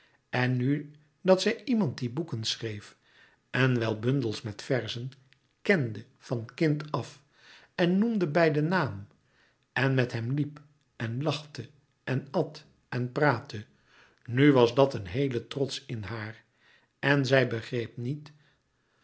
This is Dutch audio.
en nu dat zij iemand die boeken schreef en wel bundels met verzen kende van kind af en noemde bij den naam en met hem liep en lachte en at en praatte nu was dat een heele trots in haar en zij begreep niet